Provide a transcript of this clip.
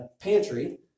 pantry